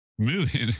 Moving